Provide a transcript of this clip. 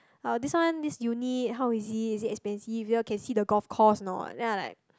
oh this one this unit how is it is it expensive you all can see the golf course or not then I like